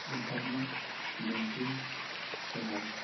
internet banking ᱥᱮᱵᱟ